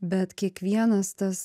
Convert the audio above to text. bet kiekvienas tas